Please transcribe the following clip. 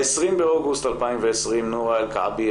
ב-20 באוגוסט 2020 נורה אל-כעביה,